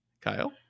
Kyle